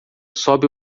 sobe